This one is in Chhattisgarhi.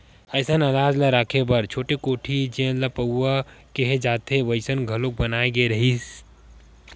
असइन अनाज ल राखे बर छोटे कोठी जेन ल पउला केहे जाथे वइसन घलोक बनाए गे रहिथे